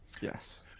Yes